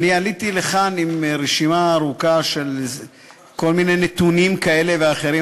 אני עליתי לכאן עם רשימה ארוכה של כל מיני נתונים כאלה ואחרים,